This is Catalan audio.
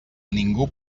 ningú